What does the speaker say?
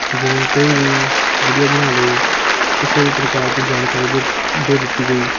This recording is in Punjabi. ਜਿਵੇਂ ਕੋਈ ਵੀ ਵੀਡੀਓ ਬਣਾ ਲਈ ਕਿਸੇ ਵੀ ਪ੍ਰਕਾਰ ਦੀ ਜਾਣਕਾਰੀ ਦੇ ਦੇ ਦਿੱਤੀ ਗਈ